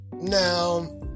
now